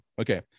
Okay